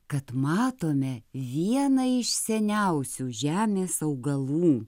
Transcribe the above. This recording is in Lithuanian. kad matome vieną iš seniausių žemės augalų